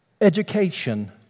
Education